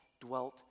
dwelt